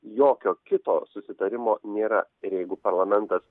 jokio kito susitarimo nėra ir jeigu parlamentas